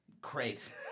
Great